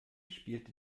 spielt